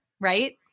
right